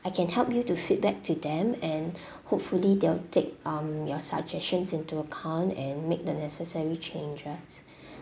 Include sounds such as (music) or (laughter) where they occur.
I can help you to feedback to them and (breath) hopefully they'll take um your suggestions into account and make the necessary changes (breath)